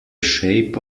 shape